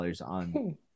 on